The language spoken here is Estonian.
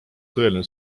tõeline